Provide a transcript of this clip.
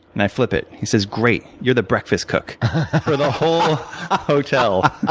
and i flip it. he says, great. you're the breakfast cook for the whole hotel.